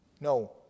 No